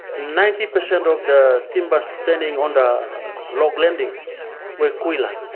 ninety per cent of the timber standing on the log landing were kwila,